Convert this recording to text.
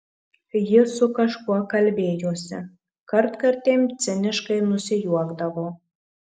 ji su kažkuo kalbėjosi kartkartėm ciniškai nusijuokdavo